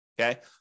Okay